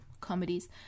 comedies